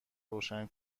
روشن